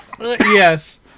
Yes